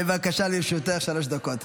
בבקשה, לרשותך שלוש דקות.